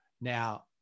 Now